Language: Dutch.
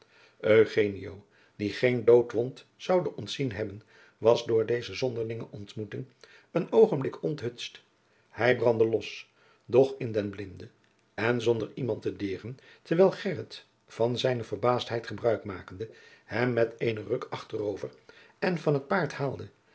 die geen doodwond zoude ontzien hebben was door deze zonderlinge ontmoeting een oogenblik onthutst hij brandde los doch in den blinde en zonder iemand te deeren terwijl gheryt van zijne verbaasdheid gebruik makende hem met eenen ruk achterover en van t paard haalde